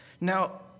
Now